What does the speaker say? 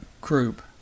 group